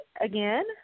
again